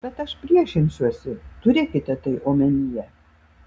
bet aš priešinsiuosi turėkite tai omenyje